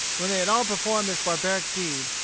when they had all performed this barbaric deed,